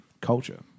culture